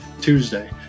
Tuesday